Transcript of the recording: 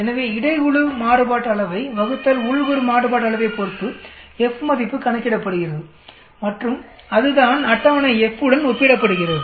எனவே இடை குழு மாறுபாட்டு அளவை உள் குழு மாறுபாட்டு அளவை பொருத்து F மதிப்பு கணக்கிடப்படுகிறது மற்றும் அதுதான் அட்டவணை F உடன் ஒப்பிடப்படுகிறது